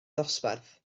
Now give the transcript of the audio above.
ddosbarth